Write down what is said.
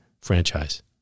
franchise